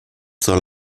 soll